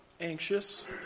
anxious